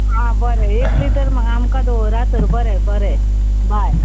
आं बरें एक लिटर म्हाका आमकां दवरा तर बरें बरें बाय